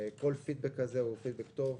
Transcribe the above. כל פידבק כזה הוא פידבק טוב.